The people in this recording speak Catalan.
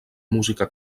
música